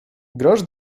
grosz